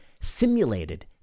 simulated